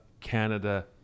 Canada